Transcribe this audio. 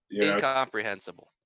Incomprehensible